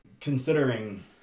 considering